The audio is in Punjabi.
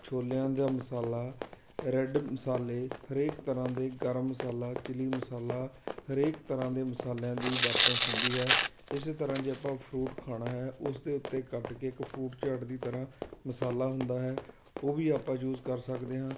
ਛੋਲਿਆਂ ਦਾ ਮਸਾਲਾ ਰੈਡ ਮਸਾਲੇ ਹਰੇਕ ਤਰ੍ਹਾਂ ਦੇ ਗਰਮ ਮਸਾਲਾ ਚਿਲੀ ਮਸਾਲਾ ਹਰੇਕ ਤਰ੍ਹਾਂ ਦੇ ਮਸਾਲਿਆਂ ਦੀ ਵਰਤੋਂ ਹੁੰਦੀ ਹੈ ਇਸੇ ਤਰ੍ਹਾਂ ਜੇ ਆਪਾਂ ਫਰੂਟ ਖਾਣਾ ਹੈ ਉਸ ਦੇ ਉੱਤੇ ਕੱਟ ਕੇ ਇੱਕ ਫਰੂਟ ਚਾਟ ਦੀ ਤਰ੍ਹਾਂ ਮਸਾਲਾ ਹੁੰਦਾ ਹੈ ਉਹ ਵੀ ਆਪਾਂ ਯੂਜ਼ ਕਰ ਸਕਦੇ ਹਾਂ